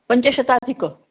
पञ्चशताधिक